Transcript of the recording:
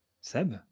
Seb